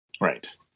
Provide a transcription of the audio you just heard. right